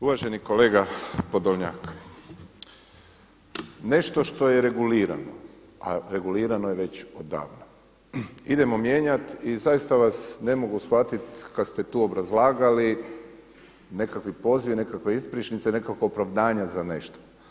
Uvaženi kolega POdolnjak, nešto što je regulirano, a regulirano je već odavno idemo mijenjati i zaista vas ne mogu shvatiti kada ste tu obrazlagali nekakvi pozivi, nekakve ispričnice, nekakva opravdanja za nešto.